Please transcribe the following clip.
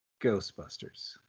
Ghostbusters